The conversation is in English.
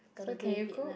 got to do with it lah